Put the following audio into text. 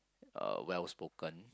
uh well spoken